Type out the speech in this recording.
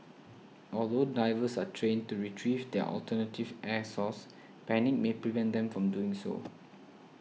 although divers are trained to retrieve their alternative air source panic may prevent them from doing so